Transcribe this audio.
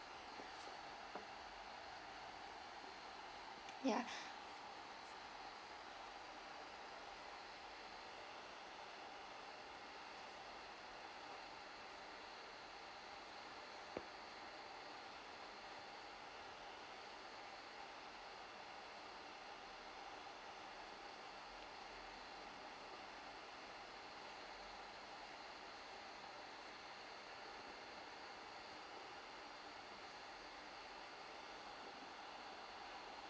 ya